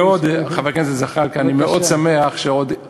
חבר הכנסת זחאלקה, אני מאוד שמח שעוד לא